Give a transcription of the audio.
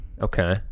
Okay